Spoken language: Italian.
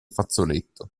fazzoletto